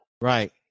Right